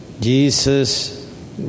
Jesus